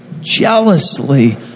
jealously